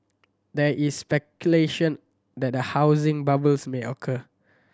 there is speculation that a housing bubbles may occur